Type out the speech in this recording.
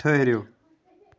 ٹھٔہرِو